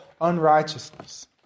unrighteousness